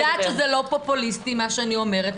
אני יודעת שזה לא פופוליסטי מה שאני אומרת,